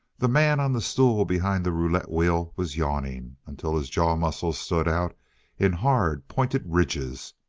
the man on the stool behind the roulette wheel was yawning until his jaw muscles stood out in hard, pointed ridges,